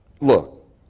Look